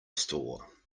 store